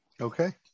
okay